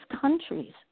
countries